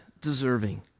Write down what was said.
deserving